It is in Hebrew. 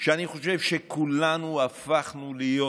שאני חושב שכולנו הפכנו להיות